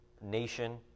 nation